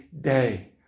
day